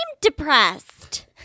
depressed